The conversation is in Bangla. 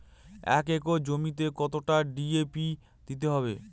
এক একর জমিতে কতটা ডি.এ.পি দিতে হবে?